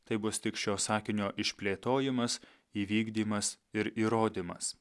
tai bus tik šio sakinio išplėtojimas įvykdymas ir įrodymas